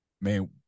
man